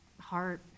heart